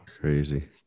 crazy